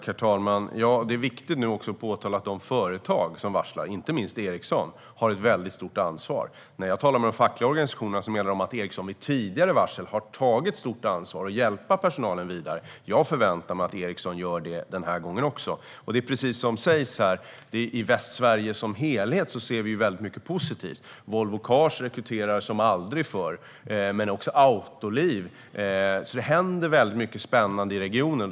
Herr talman! Det är viktigt att påpeka att de företag som varslar, inte minst Ericsson, har ett stort ansvar. Enligt de fackliga organisationerna har Ericsson vid tidigare varsel tagit ett stort ansvar för att hjälpa personalen vidare. Jag förväntar mig att Ericsson gör det även denna gång. Precis som sägs ser vi mycket positivt i Västsverige. Volvo Cars rekryterar som aldrig förr. Det gör även Autoliv. Det händer alltså mycket spännande i regionen.